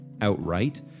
outright